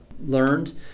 learned